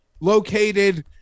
located